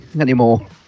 anymore